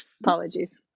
Apologies